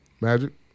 Magic